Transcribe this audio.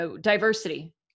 diversity